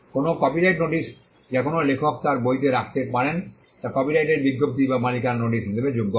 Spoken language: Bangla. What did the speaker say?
কোনও কপিরাইট নোটিশ যা কোনও লেখক তার বইতে রাখতে পারেন তা কপিরাইটের বিজ্ঞপ্তি বা মালিকানার নোটিশ হিসাবে যোগ্য হয়